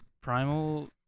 Primal